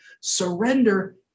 surrender